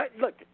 Look